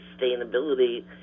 Sustainability